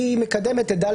היא מקדמת את ד',